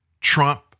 Trump